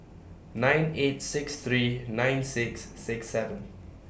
nine eight six three nine six six seven